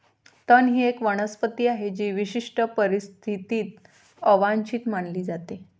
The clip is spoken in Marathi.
तण ही एक वनस्पती आहे जी विशिष्ट परिस्थितीत अवांछित मानली जाते